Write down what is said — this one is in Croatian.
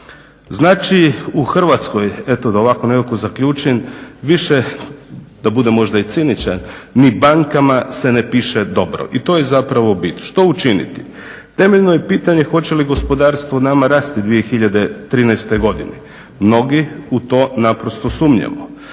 Znači u Hrvatskoj, eto da ovako nekako zaključim, više, da budem možda i ciničan, ni bankama se ne piše dobro. I to je zapravo bit. Što učiniti? Temeljno je pitanje hoće li gospodarstvo nama rasti u 2013. godini? Mnogi u to naprosto sumnjaju.